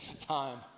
time